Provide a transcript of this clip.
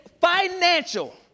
financial